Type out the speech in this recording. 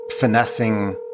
finessing